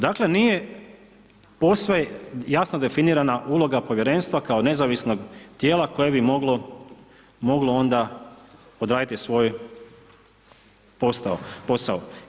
Dakle nije posve jasno definirana uloga povjerenstva kao nezavisnog tijela koje bi moglo onda odraditi svoj posao.